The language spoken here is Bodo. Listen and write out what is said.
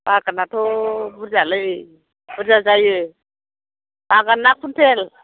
बागानाथ' बुरजा बुरजा जायो बागान ना कुन्टेल